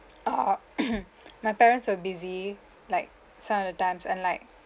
err my parents were busy like some of the times and like